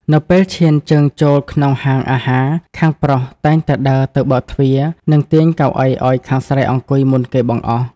នៅពេលឈានជើងចូលក្នុងហាងអាហារ ខាងប្រុស តែងតែដើរទៅបើកទ្វារ និងទាញកៅអីឱ្យខាងស្រីអង្គុយមុនគេបង្អស់។